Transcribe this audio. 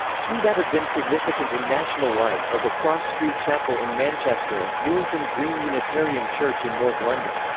two that have been significant in national life are the cross street chapel in manchester and, newington green unitarian church in north london.